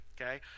okay